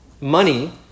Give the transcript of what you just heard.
Money